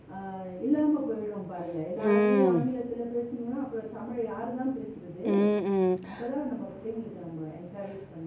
mm mm mm